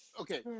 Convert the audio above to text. okay